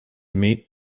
meet